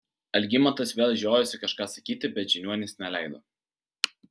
algimantas vėl žiojosi kažką sakyti bet žiniuonis neleido